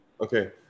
Okay